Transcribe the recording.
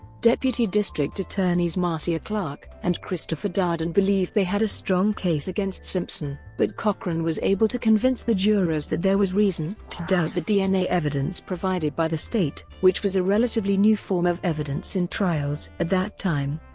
deputy district attorneys marcia clark and christopher darden believed they had a strong case against simpson, but cochran was able to convince the jurors that there was reason to doubt the dna evidence provided by the state, which was a relatively new form of evidence in trials at that time.